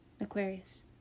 Aquarius